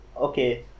Okay